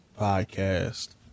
podcast